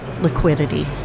liquidity